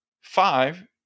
five